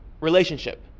relationship